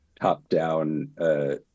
top-down